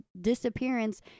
disappearance